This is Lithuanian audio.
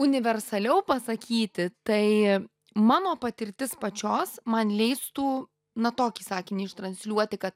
universaliau pasakyti tai mano patirtis pačios man leistų na tokį sakinį iš transliuoti kad